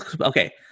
okay